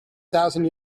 thousand